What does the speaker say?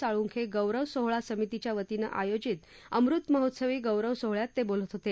साळुंखे गौरव सोहळा समितीच्यावतीने आयोजित अमृतमहोत्सवी गौरव सोहळ्यात ते बोलत होते